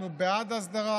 אנחנו בעד הסדרה,